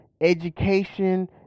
education